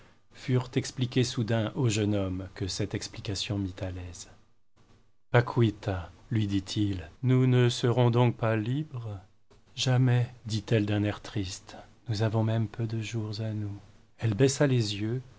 expliquées soudain au jeune homme que cette explication mit à l'aise paquita lui dit-il nous ne serons donc pas libres jamais dit-elle d'un air triste nous avons même peu de jours à nous elle baissa les yeux